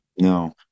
No